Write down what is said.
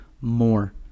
more